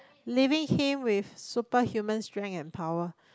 living him with super human strength and power